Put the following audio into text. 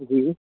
हां जी